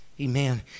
Amen